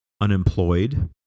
unemployed